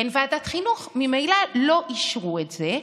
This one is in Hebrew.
אין ועדת חינוך, ממילא לא אישרו את זה,